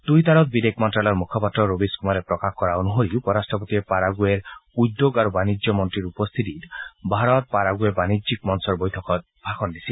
টুইটাৰত বিদেশ মন্ত্যালয়ৰ মুখপাত্ৰ ৰৱীছ কুমাৰে প্ৰকাশ কৰা অনুসৰি উপ ৰাট্টপতিয়ে পাৰাগুৱেৰ উদ্যোগ আৰু বাণিজ্য মন্ত্ৰীৰ উপস্থিতিত ভাৰত পাৰাগুৱে বাণিজ্যিক মঞ্চৰ বৈঠকত ভাষণ দিছিল